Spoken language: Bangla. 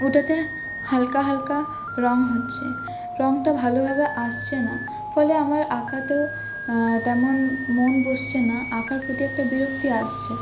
ওটাতে হালকা হালকা রং হচ্ছে রংটা ভালোভাবে আসছে না ফলে আমার আঁকাতেও তেমন মন বসছে না আঁকার প্রতি একটা বিরক্তি আসছে